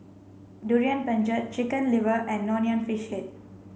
durian pengat chicken liver and Nonya Fish Head